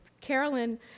Carolyn